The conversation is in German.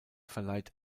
verleiht